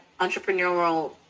entrepreneurial